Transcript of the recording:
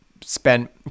spent